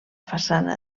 façana